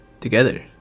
together